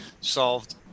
solved